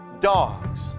dogs